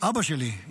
אבא שלי,